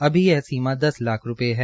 अभी यह राशि दस लाख रूपये है